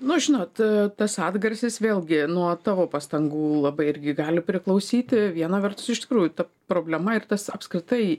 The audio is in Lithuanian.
nu žinot tas atgarsis vėlgi nuo tavo pastangų labai irgi gali priklausyti viena vertus iš tikrųjų ta problema ir tas apskritai